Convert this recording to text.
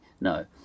no